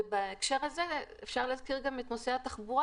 בהקשר הזה אפשר להזכיר גם את נושא התחבורה,